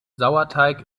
sauerteig